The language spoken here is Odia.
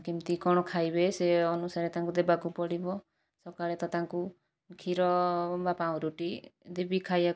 କେମିତି କଣ ଖାଇବେ ସେ ଅନୁସାରେ ତାଙ୍କୁ ଦେବାକୁ ପଡିବ ସକାଳେ ତ ତାଙ୍କୁ କ୍ଷୀର ବା ପାଉଁରୁଟି ଦେବି ଖାଇବାକୁ